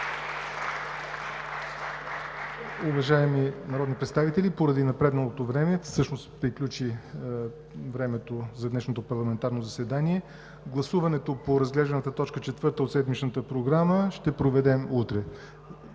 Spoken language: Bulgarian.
Уважаеми народни представители, времето напредна, всъщност се изчерпа времето за днешното парламентарно заседание. Гласуването по разглежданата точка четвърта от седмичната програма ще проведем утре.